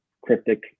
cryptic